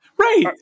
Right